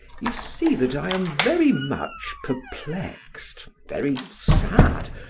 you see that i am very much perplexed, very sad,